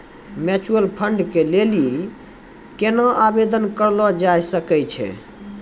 Mutual fund के लेली केना आवेदन करलो जाय सकै छै?